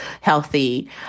healthy